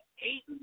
eight